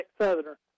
Southerner